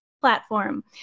platform